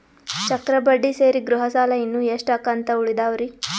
ಚಕ್ರ ಬಡ್ಡಿ ಸೇರಿ ಗೃಹ ಸಾಲ ಇನ್ನು ಎಷ್ಟ ಕಂತ ಉಳಿದಾವರಿ?